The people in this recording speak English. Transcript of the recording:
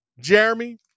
Jeremy